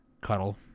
cuddle